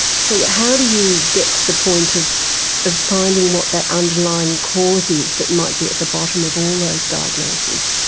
so how do you get to the point of finding finding what that underlying cause is that might be at the bottom of all those diagnoses?